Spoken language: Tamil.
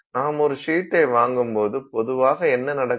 நாம் ஒரு ஷீட்டை வாங்கும்போது பொதுவாக என்ன நடக்கும்